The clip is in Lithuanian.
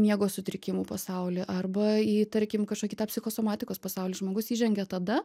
miego sutrikimų pasaulį arba į tarkim kažkokį psichosomatikos pasaulį žmogus įžengia tada